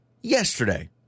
Yesterday